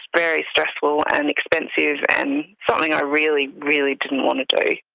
very stressful and expensive and something i really, really didn't want to do.